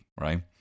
right